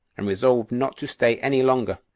and resolved not to stay any longer,